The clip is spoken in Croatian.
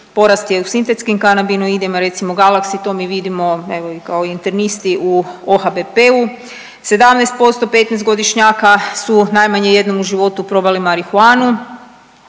porast je u sintetskim kanabinoidima, recimo, Galaxy, to mi vidimo evo i kao internisti u OHBP-u. 17% 15-godišnjaka su najmanje jednom u životu probali marihuanu,